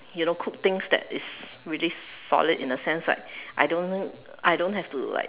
you know cook things that is really solid in a sense like I don't I don't have to like